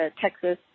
Texas